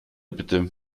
bitte